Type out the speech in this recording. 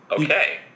Okay